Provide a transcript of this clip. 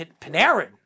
Panarin